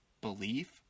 belief